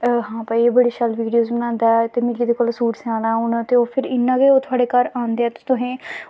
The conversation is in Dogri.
कि हां भाई एह् बड़ी शैल वीडियोस बनांदा ऐ ते मिगी एह्दे कोला सूट सेयाना हून ते ओह् फिर इ'यां गै थोआढ़े घर आंदे ऐ ते तुसें